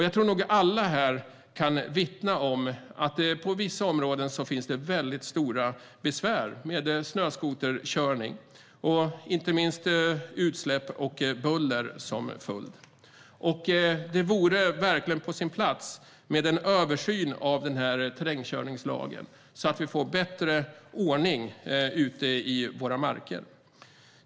Jag tror nog att alla här kan vittna om att det i vissa områden finns väldigt stora besvär med snöskoterkörning med inte minst utsläpp och buller som följd. Det vore verkligen på sin plats med en översyn av denna terrängkörningslag så att vi får bättre ordning ute i våra marker.